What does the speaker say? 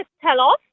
tell-off